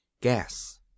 Gas